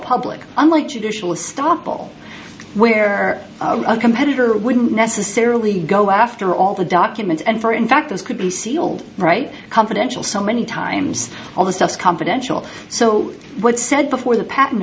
public unlike traditional stoppel where a competitor wouldn't necessarily go after all the documents and for in fact this could be sealed right confidential so many times all the stuff confidential so what's said before the patent